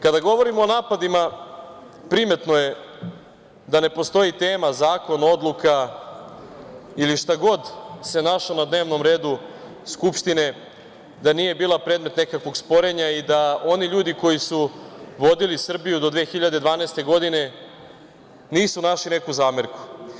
Kada govorimo o napadima, primetno je da ne postoji tema, zakon, odluka ili šta god se našlo na dnevnom redu Skupštine da nije bila predmet nekakvog sporenja i da oni ljudi koji su vodili Srbiju do 2012. godine nisu našli neku zamerku.